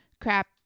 crap